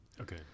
okay